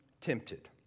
tempted